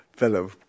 fellow